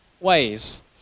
ways